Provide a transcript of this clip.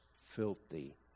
filthy